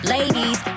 Ladies